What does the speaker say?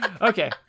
Okay